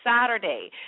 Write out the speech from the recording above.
Saturday